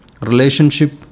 relationship